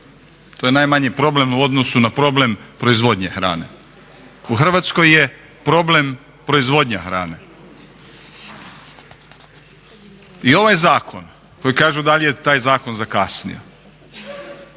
To je najmanji problem u odnosu na problem proizvodnje hrane. U Hrvatskoj je problem proizvodnja hrane. I ovaj zakon koji kažu da li je taj zakon zakasnio,